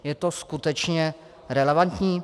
Je to skutečně relevantní?